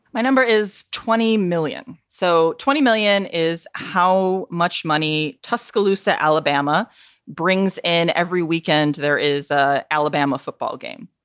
my number is twenty million. so twenty million is how much money tuscaloosa, alabama brings. and every weekend there is ah alabama football game.